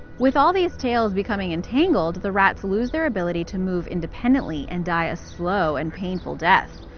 with all these tails becoming entangled, the rats lose their ability to move independently, and die a slow and painful death.